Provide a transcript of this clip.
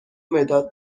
مداد